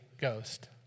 Ghost